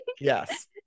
Yes